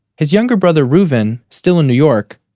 his younger brother reuven, still in new york,